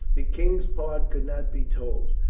the king's part could not be told.